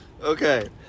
Okay